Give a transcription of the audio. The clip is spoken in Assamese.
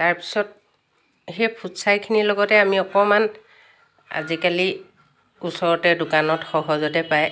তাৰপিছত সেই ফুটছাইখিনিৰ লগতে আমি অকণমান আজিকালি ওচৰতে দোকানত সহজতে পায়